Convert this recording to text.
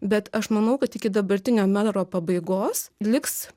bet aš manau kad iki dabartinio mero pabaigos liks